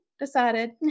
decided